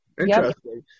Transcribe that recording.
Interesting